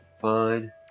Fine